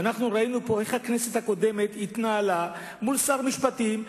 ראינו פה איך הכנסת הקודמת התנהלה מול שר המשפטים,